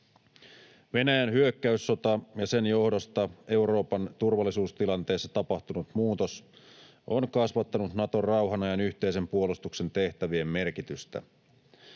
Venäjän hyökkäyssota ja sen johdosta Euroopan turvallisuustilanteessa tapahtunut muutos on kasvattanut Naton rauhan ajan yhteisen puolustuksen tehtävien merkitystä.